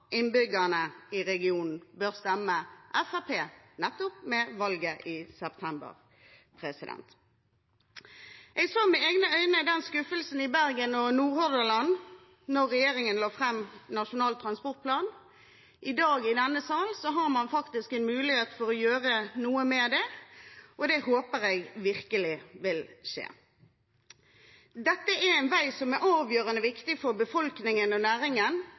innbyggerne i regionen bør stemme Fremskrittspartiet nettopp ved valget i september. Jeg så med egne øyne skuffelsen i Bergen og Nord-Hordaland da regjeringen la fram Nasjonal transportplan. I dag i denne sal har man faktisk en mulighet til å gjøre noe med det, og det håper jeg virkelig vil skje. Dette er en vei som er avgjørende viktig for befolkningen og næringen,